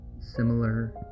similar